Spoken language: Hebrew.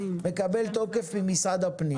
האזורים גם היום נקבעים בחוק עזר.